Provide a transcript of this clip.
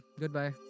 Goodbye